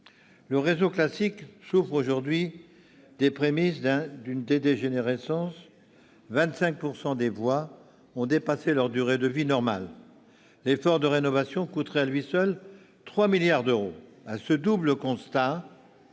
Le réseau classique souffre aujourd'hui « des prémices d'une dégénérescence ». Quelque 25 % des voies ont dépassé leur durée de vie normale, et l'effort de rénovation coûterait à lui seul 3 milliards d'euros.